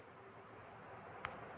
Balance check करें कोन सा दस्तावेज लगी?